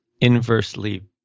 inversely